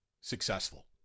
successful